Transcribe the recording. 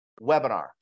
webinar